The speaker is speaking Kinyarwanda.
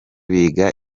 biga